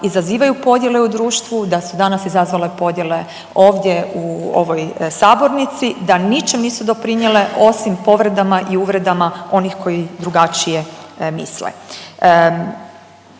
izazivaju podjele u društvu, da su danas izazvale podjele ovdje u ovoj sabornici, da ničem nisu doprinijele osim povredama i uvredama onih koji drugačije misle.